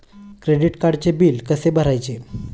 Credit कार्डचे bill कसे भरायचे?